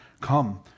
Come